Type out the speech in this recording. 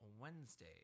Wednesday